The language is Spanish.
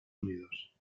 unidos